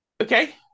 Okay